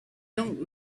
don’t